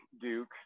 Duke